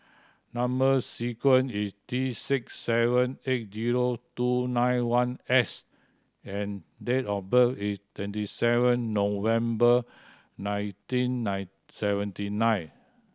number sequence is T six seven eight zero two nine one S and date of birth is twenty seven November nineteen nine seventy nine